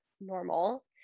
normal